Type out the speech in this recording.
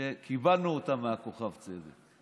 שקיבלנו מכוכב צדק.